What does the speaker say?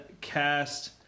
cast